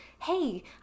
hey